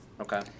Okay